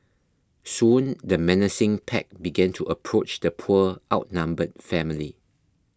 soon the menacing pack began to approach the poor outnumbered family